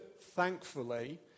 thankfully